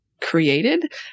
created